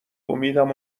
امیدم